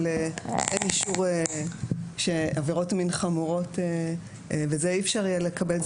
אבל אין אישור על עבירות מין חמורות ואת זה אי אפשר יהיה לקבל.